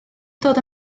dod